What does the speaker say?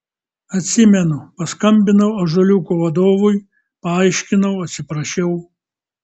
atsimenu paskambinau ąžuoliuko vadovui paaiškinau atsiprašiau